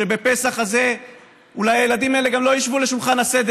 בפסח הזה אולי הילדים האלה גם לא ישבו לשולחן הסדר,